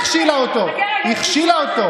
אתה שוכח שהממשלה לא הקודמת, שלפניה, משנת 2015,